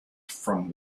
from